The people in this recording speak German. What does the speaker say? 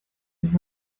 nicht